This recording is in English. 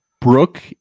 Brooke